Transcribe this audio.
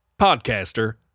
podcaster